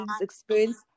experience